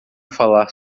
falar